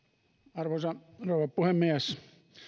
arvoisa rouva puhemies